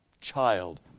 child